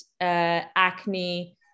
acne